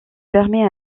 permet